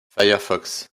firefox